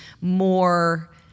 more